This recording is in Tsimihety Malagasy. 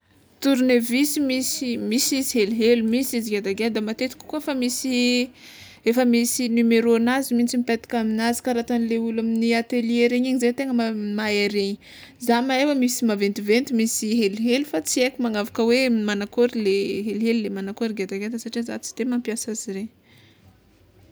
Tornevisy misy misy izy helihely, misy izy ngedangeda matetiky koa efa misy numerônazy mintsy mipetaka aminazy kara ataonle ôlo amin'ny atelier regny igny zao tergna ma- mahay regny zah mahay fa misy maventiventy misy helihely, fa tsy aiko magnavaka hoe manankôry le helihely la manakôry le ngedangeda fa za tsy de mampiasa izy regny.